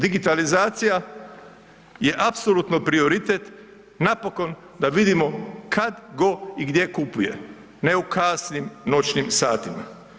Digitalizacija je apsolutno prioritet, napokon da vidimo kad, tko i gdje kupuje, ne u kasnim noćnim satima.